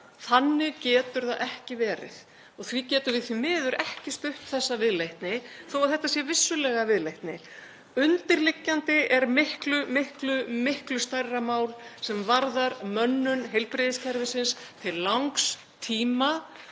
Þannig getur það ekki verið og því getum við því miður ekki stutt þessa viðleitni þó að þetta sé vissulega viðleitni. Undirliggjandi er miklu, miklu stærra mál sem varðar mönnun heilbrigðiskerfisins til langs tíma